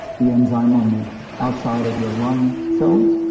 the enzyme on the outside of your lung cells,